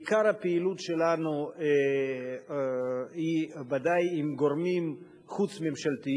עיקר הפעילות שלנו היא בוודאי עם גורמים חוץ-ממשלתיים.